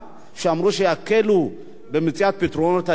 שאמרו שיקלו במציאת פתרונות הדיור,